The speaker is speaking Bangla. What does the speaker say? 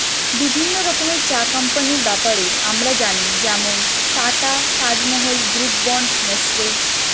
বিভিন্ন রকমের চা কোম্পানির ব্যাপারে আমরা জানি যেমন Tata, Taj Mahal, Brooke Bond, Nestle